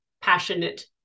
passionate